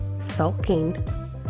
sulking